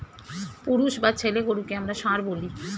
পুরুষ বা ছেলে গরুকে আমরা ষাঁড় বলি